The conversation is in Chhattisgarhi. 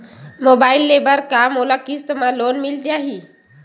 मोबाइल ले बर का मोला किस्त मा लोन मिल जाही?